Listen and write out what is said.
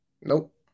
Nope